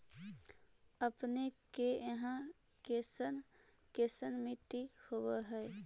अपने के यहाँ कैसन कैसन मिट्टी होब है?